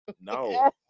no